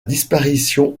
disparition